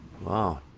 Wow